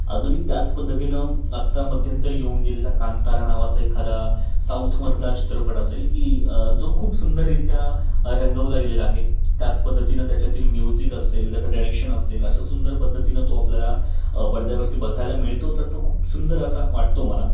अगदी त्याच पद्धतीनं आत्ता मध्यंतरी येऊन गेलेला कांतारा नावाचा एखादा साऊथमधला चित्रपट असेल की जो खूप सुंदररित्या रंगवला गेलेला आहे त्याच पद्धतीनं त्याच्यातील म्युझिक असेल त्याचं डायरेक्शन असेल अशा सुंदर पद्धतीनं तो आपल्याला पडद्यावरती बघायला मिळतो तर तो खूप सुंदर असा वाटतो मला